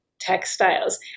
textiles